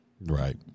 Right